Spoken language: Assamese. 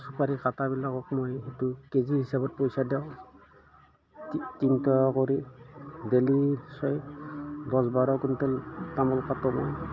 চুপাৰি কাটাবিলাকক মই সেইটো কে জি হিচাপত পইচা দিওঁ তিনিটকা কৰি ডেইলি ছয় দহ বাৰকুইণ্টেল তামোল কাটোঁ মই